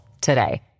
today